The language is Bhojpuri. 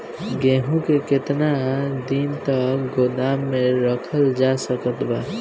गेहूँ के केतना दिन तक गोदाम मे रखल जा सकत बा?